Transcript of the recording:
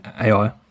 AI